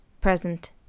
present